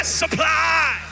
supply